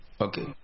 Okay